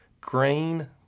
Grain